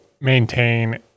maintain